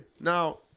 Now